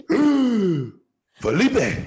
Felipe